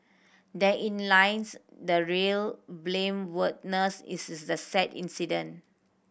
therein lines the real blameworthiness this the sad incident